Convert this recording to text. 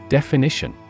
Definition